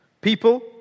People